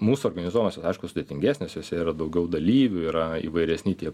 mūsų organizuojamos aišku sudėtingesnės jose yra daugiau dalyvių yra įvairesni tie